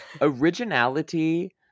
originality